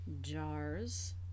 Jars